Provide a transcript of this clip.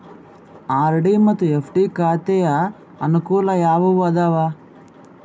RD ಮತ್ತು FD ಖಾತೆಯ ಅನುಕೂಲ ಯಾವುವು ಅದಾವ?